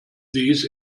these